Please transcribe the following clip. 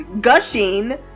gushing